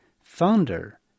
founder